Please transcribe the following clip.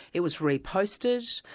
it was re-posted.